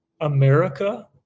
America